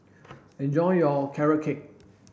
enjoy your carrot cake